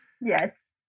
Yes